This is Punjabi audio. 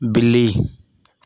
ਬਿੱਲੀ